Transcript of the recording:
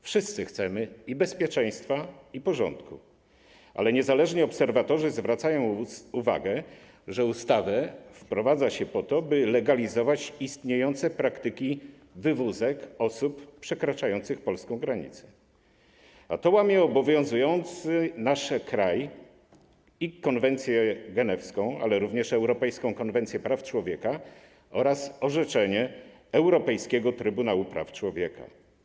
Wszyscy chcemy i bezpieczeństwa, i porządku, ale niezależni obserwatorzy zwracają uwagę na to, że ustawę wprowadza się po to, by legalizować istniejące praktyki wywózek osób przekraczających polską granicę, a to łamie obowiązującą nasz kraj konwencję genewską, ale również europejską konwencję praw człowieka oraz orzeczenie Europejskiego Trybunału Praw Człowieka.